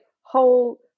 whole